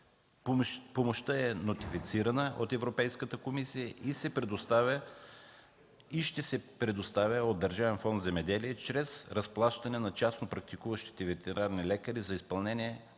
Помощта е нотифицирана от Европейската комисия и ще се предоставя от Държавен фонд „Земеделие”, чрез разплащане на частно практикуващите ветеринарни лекари за изпълнение